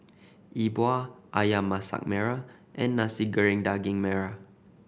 Yi Bua Ayam Masak Merah and Nasi Goreng Daging Merah